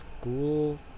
school